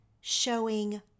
showing